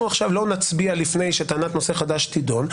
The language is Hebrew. אנחנו לא נצביע לפני שטענת נושא חדש תידון.